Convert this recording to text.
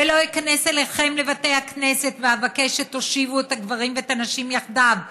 ולא איכנס אליכם לבתי הכנסת ואבקש שתושיבו את הגברים ואת הנשים יחדיו.